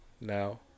now